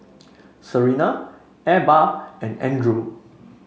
Serena Ebba and Andrew